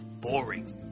boring